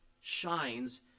shines